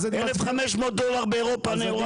1,500 דולר באירופה הנאורה.